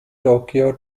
tokyo